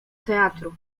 teatru